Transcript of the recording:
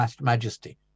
majesty